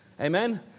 Amen